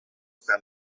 san